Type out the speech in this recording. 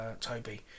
Toby